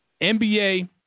NBA